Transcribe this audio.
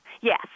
Yes